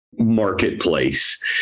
Marketplace